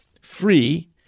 free